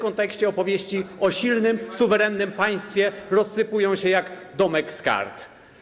W tym kontekście opowieści o silnym, suwerennym państwie rozsypują się jak domek z kart.